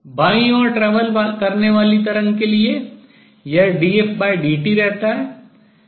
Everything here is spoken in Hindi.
बाईं ओर travel यात्रा करने वाली तरंग के लिए यह dfdt रहता है